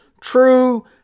true